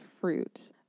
fruit